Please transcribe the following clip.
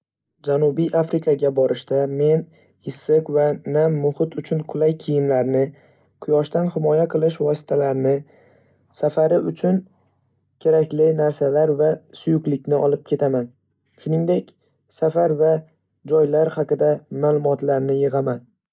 Janubiy Afrikaga borishda, men issiq va nam muhit uchun qulay kiyimlarni, quyoshdan himoya qilish vositalarini, safari uchun kerakli narsalar va suyuqlikni olib ketaman. Shuningdek, safar va joylar haqida ma'lumotlarni yig'aman.